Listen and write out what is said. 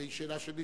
והיא שאלה של ניסוח.